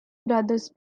brothers